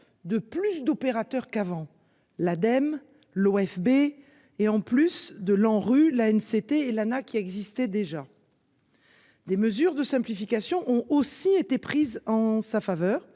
de plus d'opérateurs qu'avant l'Ademe l'OFB et en plus de l'ANRU là c'était Elana qui existait déjà. Des mesures de simplification ont aussi été prises en sa faveur.